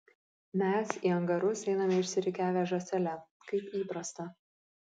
mes į angarus einame išsirikiavę žąsele kaip įprasta